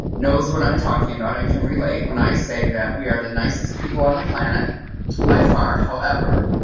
knows what i'm talking about and can relate when i say that we are the nicest people on the planet by far, however,